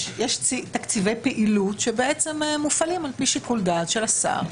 יש תקציבי פעילות שמופעלים על פי שיקול דעת של השר,